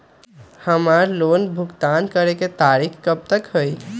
हमार लोन भुगतान करे के तारीख कब तक के हई?